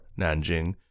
Nanjing